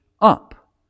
up